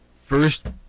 first